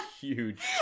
huge